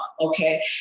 Okay